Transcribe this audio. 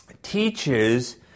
teaches